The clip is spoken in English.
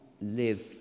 live